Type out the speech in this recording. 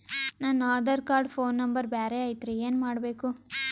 ನನ Aadhaar card phone number ಬ್ಯಾರೆ ಐತ್ರಿ ಏನ ಮಾಡಬೇಕು?